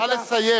נא לסיים.